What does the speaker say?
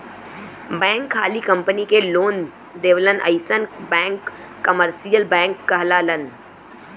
bank खाली company के loan देवलन अइसन बैंक कमर्सियल बैंक कहलालन